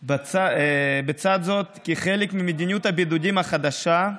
בצד זאת, כחלק ממדיניות הבידודים החדשה,